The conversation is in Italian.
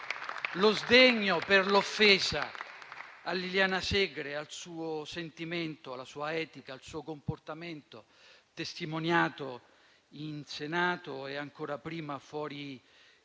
Lo sdegno per l'offesa a Liliana Segre, al suo sentimento, alla sua etica e al suo comportamento testimoniato in Senato e ancor prima fuori di